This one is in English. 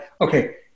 okay